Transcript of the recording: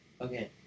Okay